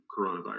coronavirus